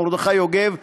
מרדכי יוגב,